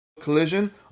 collision